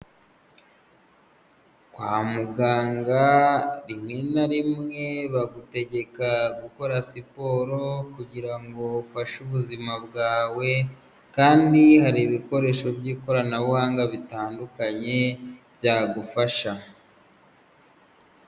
Kwa muganga rimwe na rimwe bagutegeka gukora siporo kugira ngo ufashe ubuzima bwawe kandi hari ibikoresho by'ikoranabuhanga bitandukanye byagufasha.